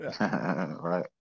Right